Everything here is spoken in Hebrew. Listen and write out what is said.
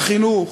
לחינוך,